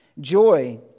joy